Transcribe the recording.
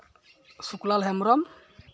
Suklal Hembrom